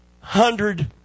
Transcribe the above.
hundred